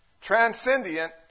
Transcendent